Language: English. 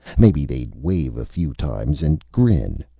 maybe they'd wave a few times and grin.